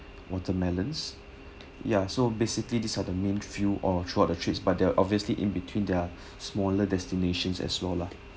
watermelons ya so basically these are the main few or throughout the trip but they're obviously in between their smaller destinations as well lah